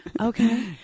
okay